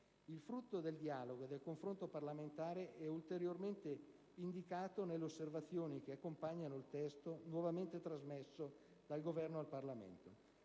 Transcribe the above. Il frutto del dialogo e del confronto parlamentare è ulteriormente indicato nelle osservazioni che accompagnano il testo nuovamente trasmesso dal Governo al Parlamento.